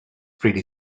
pretty